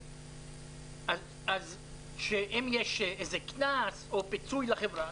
אז שאם יש איזה קנס או פיצוי לחברה,